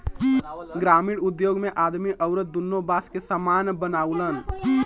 ग्रामिण उद्योग मे आदमी अउरत दुन्नो बास के सामान बनावलन